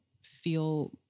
feel